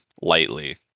lightly